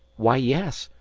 why, yes.